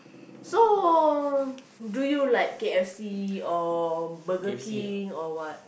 so do you like K_F_C or Burger-King or what